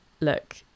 look